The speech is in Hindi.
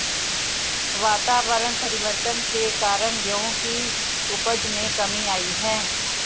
वातावरण परिवर्तन के कारण गेहूं की उपज में कमी आई है